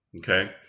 Okay